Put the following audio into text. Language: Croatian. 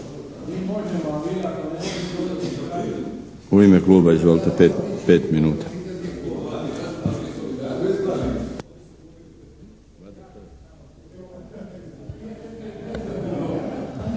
U ime kluba, izvolite. 5 minuta.